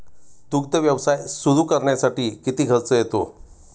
दुग्ध व्यवसाय सुरू करण्यासाठी किती खर्च येतो?